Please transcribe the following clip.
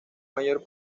mayor